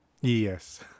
Yes